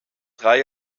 drei